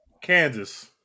Kansas